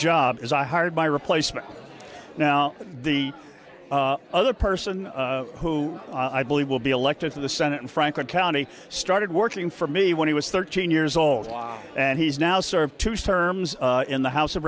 job as i hired by replacement now the other person who i believe will be elected to the senate in franklin county started working for me when he was thirteen years old and he's now served to serve in the house of